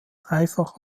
dreifach